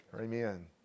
Amen